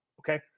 okay